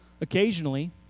Occasionally